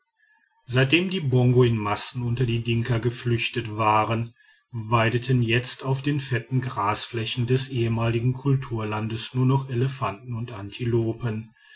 seitdem die bongo in massen unter die dinka geflüchtet waren weideten jetzt auf den fetten grasflächen des ehemaligen kulturlandes nur noch elefanten und antilopen